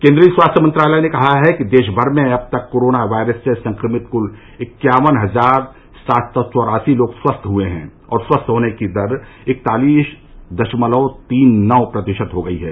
केन्द्रीय स्वास्थ्य मंत्रालय ने कहा है कि देश भर में अब तक कोरोना वायरस से संक्रमित कुल इक्यावन हजार सात सौ चौरासी लोग स्वस्थ हुए हैं और स्वस्थ होने की दर इकतालीस दशमलव तीन नौ प्रतिशत हो गयी है